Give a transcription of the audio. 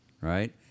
right